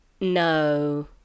no